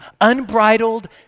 Unbridled